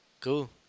cool